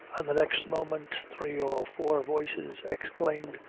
and the next moment three or four voices exclaimed,